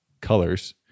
colors